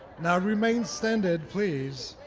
now, remain standing, please,